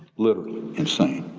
literally insane.